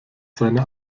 seine